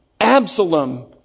Absalom